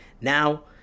now